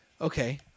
okay